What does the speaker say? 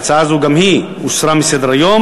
ההצעה הזו גם היא הוסרה מסדר-היום.